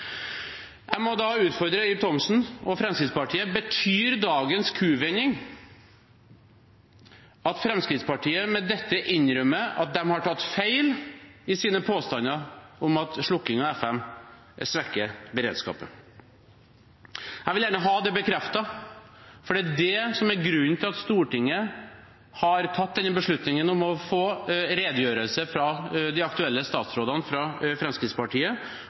Jeg må da utfordre Ib Thomsen og Fremskrittspartiet: Betyr dagens kuvending at Fremskrittspartiet med dette innrømmer at de har tatt feil i sine påstander om at slokking av FM-nettet svekker beredskapen? Jeg vil gjerne ha det bekreftet. For det er det som er grunnen til at Stortinget har tatt beslutningen om å få en redegjørelse fra de aktuelle statsrådene fra Fremskrittspartiet,